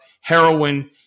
heroin